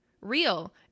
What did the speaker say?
real